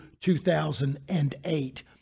2008